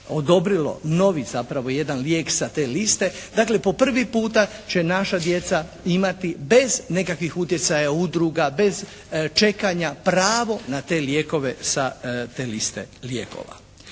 odobrilo novi zapravo jedan lijek sa te liste. Dakle po prvi puta će naša djeca imati bez nekakvih utjecaja udruga, bez čekanja pravo na te lijekova sa te liste lijekova.